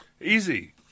Easy